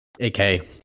AK